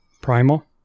Primal